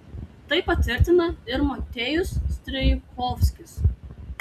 tai patvirtina ir motiejus strijkovskis